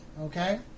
okay